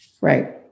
Right